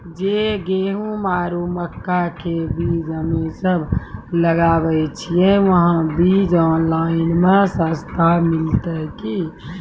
जे गेहूँ आरु मक्का के बीज हमे सब लगावे छिये वहा बीज ऑनलाइन मे सस्ता मिलते की?